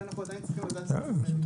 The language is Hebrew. כן, ואנחנו צריכים לדעת --- כן.